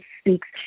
speaks